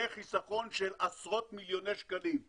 זה חיסכון של עשרות מיליוני שקלים.